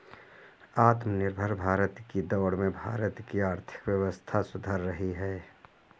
आत्मनिर्भर भारत की दौड़ में भारत की आर्थिक व्यवस्था सुधर रही है